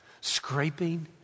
scraping